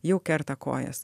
jau kerta kojas